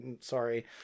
sorry